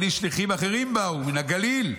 והינה שליחים אחרים באו מן הגליל",